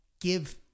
give